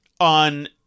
On